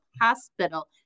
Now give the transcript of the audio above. hospital